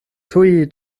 tuj